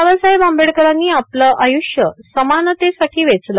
बाबासाहेव आंबेडकरांनी आपलं आय्ष्य समानतेसाठी वेचले